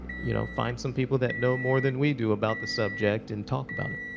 you know, find some people that know more than we do about the subject and talk about it.